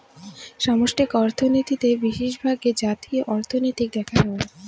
সামষ্টিক অর্থনীতিতে বিশেষভাগ জাতীয় অর্থনীতি দেখা হয়